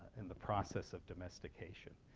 in the process of domestication.